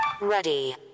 Ready